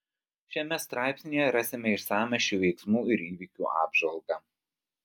šiame straipsnyje rasime išsamią šių veiksmų ir įvykių apžvalgą